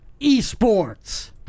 eSports